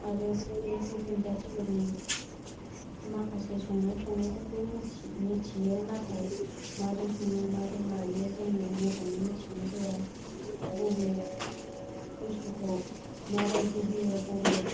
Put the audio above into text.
आरो बे गुबुन जाथिफोरनि माखासे संनाय खावनायफोरखौ मिथियो नाथाय मारै सङो मारै मायो जोङो मोजाङै मिथिनाय जाया बबे बुस्थुखौ माबायदि होयो बबे